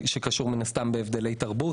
זה קשור בהבדלי תרבות.